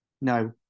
no